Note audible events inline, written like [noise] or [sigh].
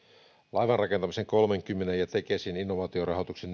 laivanrakentamisen tukeminen kolmellakymmenellä ja tekesin innovaatiorahoituksen [unintelligible]